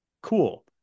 Cool